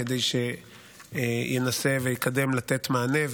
כדי שינסה ויקדם לתת מענה,